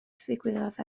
ddigwyddodd